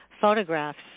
photographs